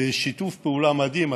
בשיתוף פעולה מדהים.